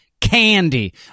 candy